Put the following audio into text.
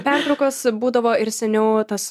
pertraukos būdavo ir seniau tas